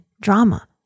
drama